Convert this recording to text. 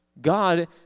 God